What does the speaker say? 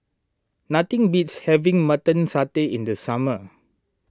nothing beats having Mutton Satay in the summer